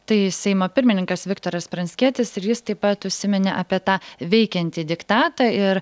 tai seimo pirmininkas viktoras pranckietis ir jis taip pat užsiminė apie tą veikiantį diktatą ir